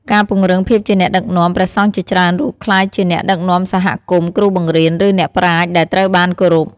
ការពង្រឹងភាពជាអ្នកដឹកនាំ ព្រះសង្ឃជាច្រើនរូបក្លាយជាអ្នកដឹកនាំសហគមន៍ គ្រូបង្រៀន ឬអ្នកប្រាជ្ញដែលត្រូវបានគោរព។